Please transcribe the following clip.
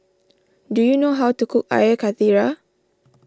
do you know how to cook Air Karthira